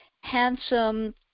handsome